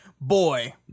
boy